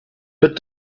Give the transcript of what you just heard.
but